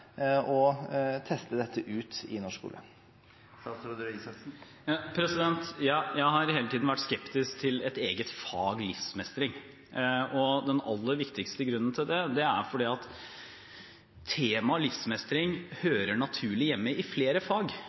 ut i norsk skole. Jeg har hele tiden vært skeptisk til «livsmestring» som et eget fag. Den aller viktigste grunnen til det er at temaet «livsmestring» hører naturlig hjemme i flere fag.